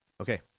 Okay